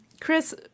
Chris